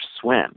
swim